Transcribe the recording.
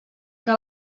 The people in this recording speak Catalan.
que